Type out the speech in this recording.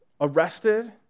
arrested